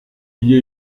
lié